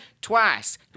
Twice